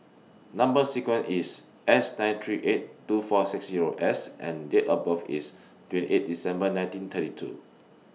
Number sequence IS S nine three eight two four six Zero S and Date of birth IS twenty eight December nineteen thirty two